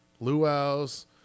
Luau's